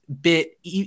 bit